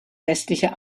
westliche